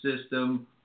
system